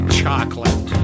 chocolate